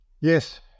Yes